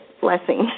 blessing